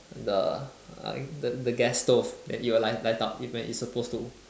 the I the the gas stove then it will light light up even it's supposed to